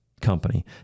company